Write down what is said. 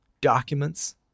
documents